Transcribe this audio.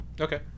Okay